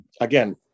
again